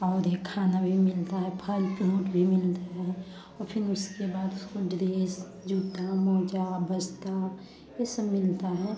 अवधि खाना भी मिलता है फल फ्रूट भी मिलता है और फिर उसके बाद इस्कूल डरेस जूता मौजा बस्ता ये सब मिलता है